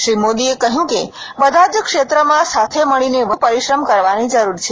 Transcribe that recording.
શ્રી મોદીએ કહ્યું કે બધા જ ક્ષેત્રમાં સાથે મળીને વધુ પરિશ્રમ કરવાની જરૂર છે